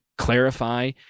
clarify